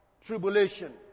tribulation